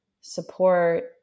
support